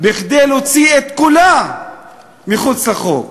כדי להוציא את כולה מחוץ לחוץ.